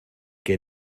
que